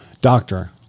Doctor